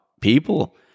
people